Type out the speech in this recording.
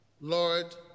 Lord